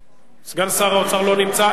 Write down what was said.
סגן שר האוצר לא נמצא.